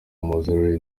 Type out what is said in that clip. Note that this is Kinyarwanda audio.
mowzey